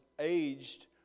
aged